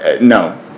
no